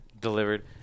Delivered